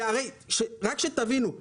תבינו.